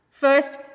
First